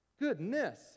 goodness